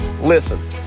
Listen